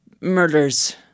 murders